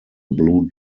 blue